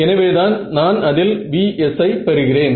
எனவேதான் நான் அதில் v s ஐ பெறுகிறேன்